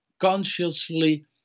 consciously